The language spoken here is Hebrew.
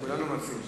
כולנו מציעים,